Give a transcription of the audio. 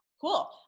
Cool